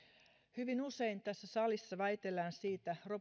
hyvin usein tässä salissa väitellään siitä